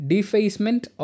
Defacement